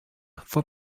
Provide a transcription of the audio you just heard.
for